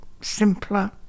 simpler